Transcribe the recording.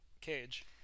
Cage